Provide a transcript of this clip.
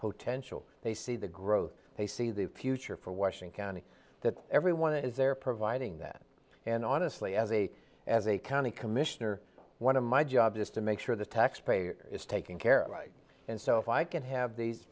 potential they see the growth they see the future for washing county that everyone is they're providing that and honestly as a as a county commissioner one of my jobs is to make sure the taxpayer is taken care of right and so if i can have these